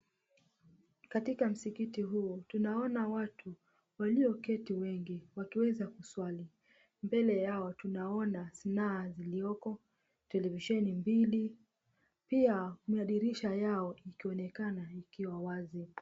Katika msikiti huo tunaona watu walioketi wengi wakieza kusali. Mbele yao tunaona sanaa iliopo, televisheni mbili, pia madirisha yao ikionekana ikiwa wazi.